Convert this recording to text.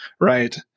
right